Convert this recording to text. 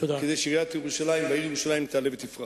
כדי שעיריית ירושלים והעיר ירושלים תעלה ותפרח.